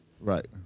Right